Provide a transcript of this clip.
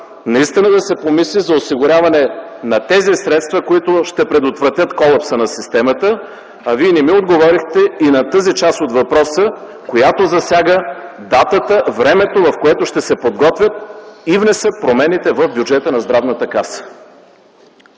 наистина да се помисли за осигуряването на средствата, които ще предотвратят колапса на системата. А Вие не ми отговорихте и на тази част от въпроса, която засяга датата, времето, в което ще се подготвят и внесат промените в бюджета на Здравната каса.